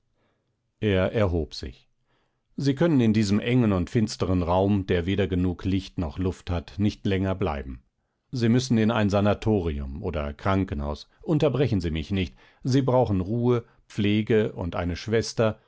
er erhob sich sie können in diesem engen und finsteren raum der weder genug licht noch luft hat nicht länger bleiben sie müssen in ein sanatorium oder krankenhaus unterbrechen sie mich nicht sie brauchen ruhe pflege und eine schwester